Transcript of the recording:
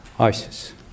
ISIS